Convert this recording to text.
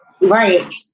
Right